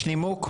יש נימוק?